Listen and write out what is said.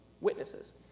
Witnesses